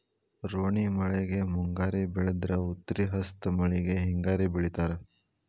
ರೋಣಿ ಮಳೆಗೆ ಮುಂಗಾರಿ ಬೆಳದ್ರ ಉತ್ರಿ ಹಸ್ತ್ ಮಳಿಗೆ ಹಿಂಗಾರಿ ಬೆಳಿತಾರ